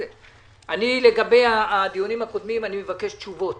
לגבי הדיונים הקודמים, אני מבקש תשובות.